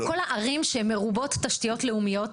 כל הערים שהן מרובות תשתיות לאומיות,